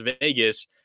Vegas